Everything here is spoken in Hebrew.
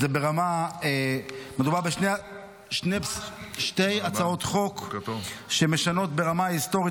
מדובר בשתי הצעות חוק שמשנות ברמה ההיסטורית